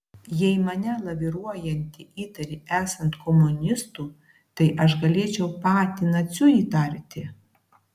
jei mane laviruojantį įtari esant komunistu tai aš galėčiau patį naciu įtarti